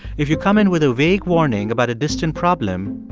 if you come in with a vague warning about a distant problem,